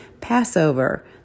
Passover